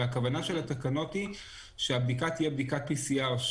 והכוונה של התקנות היא שהבדיקה תהיה בדיקת PCR,